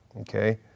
Okay